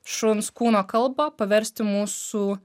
šuns kūno kalbą paversti mūsų